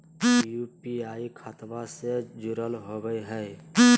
UPI खतबा से जुरल होवे हय?